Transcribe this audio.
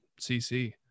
CC